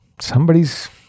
somebody's